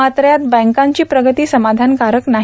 मात्र यात बँकांची प्रगती समाधानकारक नाही